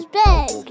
big